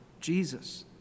Jesus